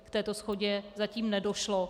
K této shodě zatím nedošlo.